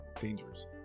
dangerous